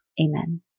Amen